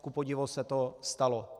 Kupodivu se to stalo.